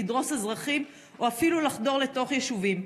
לדרוס אזרחים או אפילו לחדור לתוך יישובים.